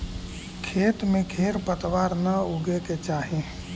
खेत में खेर पतवार न उगे के चाही